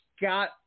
got